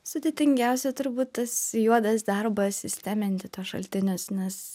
sudėtingiausia turbūt tas juodas darbas sisteminti tuos šaltinius nes